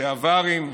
לשעברים,